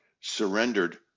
surrendered